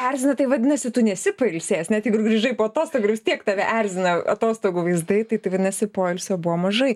erzina tai vadinasi tu nesi pailsėjęs ne jei ir grįžai po atostogų ir vis tiek tave erzina atostogų vaizdai tai tai vadinasi poilsio buvo mažai